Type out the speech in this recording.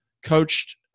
coached